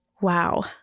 Wow